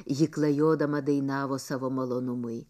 ji klajodama dainavo savo malonumui